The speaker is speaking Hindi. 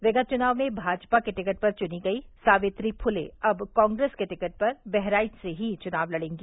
विगत चुनाव में भाजपा के टिकट पर चुनी गई सावित्री फुले अब कांग्रेस के टिकट पर बहराइच से ही चुनाव लड़ेगी